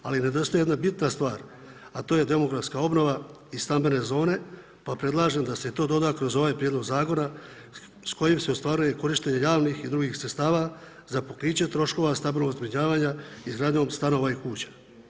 Ali nedostaje jedna bitna stvar a to je demografska obnova i stambene zone pa predlažem da se to doda kroz ovaj prijedlog zakona s kojim se ostvaruje korištenje javnih i drugih sredstava za pokriće troškova stambenog zbrinjavanja izgradnjom stanova i kuća.